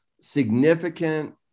significant